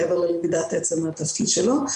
מעבר ללמידת עצם התפקיד שלו.